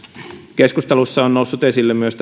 keskustelussa on noussut esille myös